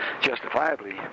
justifiably